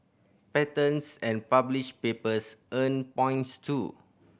patents and published papers earn points too